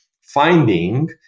finding